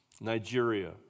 Nigeria